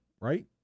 right